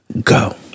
go